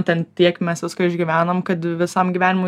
ten tiek mes visko išgyvenam kad visam gyvenimui